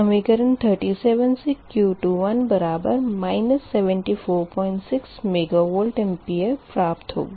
समीकरण 37 से Q21 बराबर 746 मेगावार प्राप्त होगा होगी